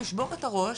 לשבור את הראש